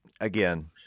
Again